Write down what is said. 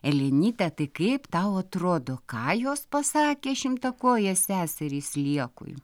elenyte tai kaip tau atrodo ką jos pasakė šimtakojės seserys sliekui